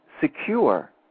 secure